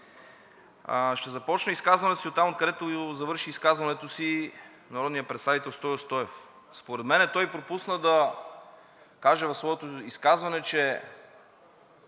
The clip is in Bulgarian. Ще започна изказването си оттам, откъдето завърши изказването си народният представител Стою Стоев. Според мен той пропусна да каже в своето изказване, че